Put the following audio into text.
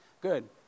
Good